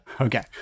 Okay